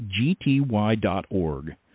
gty.org